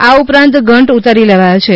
આ ઉપરાંતઘંટ ઉતારી લેવાથો છે